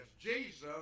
Jesus